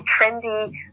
trendy